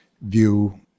view